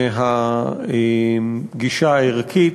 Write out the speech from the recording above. מהגישה הערכית,